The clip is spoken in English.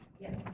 Yes